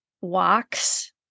walks